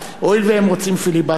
הואיל והם רוצים פיליבסטר,